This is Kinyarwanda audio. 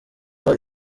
aho